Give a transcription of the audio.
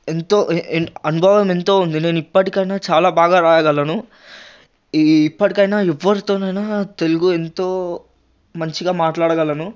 ఎంతో ఎ ఎన్ అనుభవం ఎంతో ఉందినేను ఇప్పటికి అయినా చాలా బాగా రాయగలను ఈ ఇఇప్పటికి అయినా ఎవరితో అయిన తెలుగు ఎంతో మంచిగా మాట్లాడగలను